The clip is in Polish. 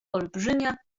olbrzymia